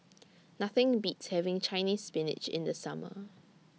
Nothing Beats having Chinese Spinach in The Summer